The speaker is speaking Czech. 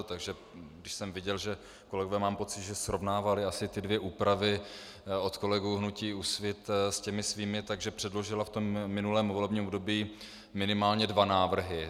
Takže když jsem viděl, že kolegové, mám pocit, že srovnávali asi ty dvě úpravy od kolegů hnutí Úsvit s těmi svými, takže předložila v minulém volebním období minimálně dva návrhy.